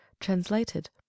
Translated